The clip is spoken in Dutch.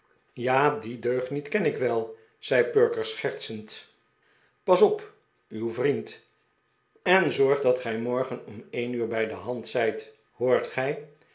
ja dien deugniet ken ik wel zei perker sehertsend pas op uw vriend en maak dat gij morgen om een uur bij de hand zijt hoort gij